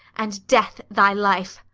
and death thy life!